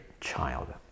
child